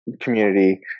community